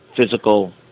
physical